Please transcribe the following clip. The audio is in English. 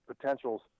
potentials